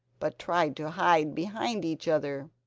but tried to hide behind each other.